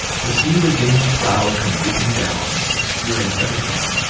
to see the dingy cloud come drooping down, obscuring everything,